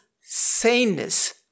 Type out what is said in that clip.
saneness